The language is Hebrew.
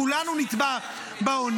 כולנו נטבע באונייה.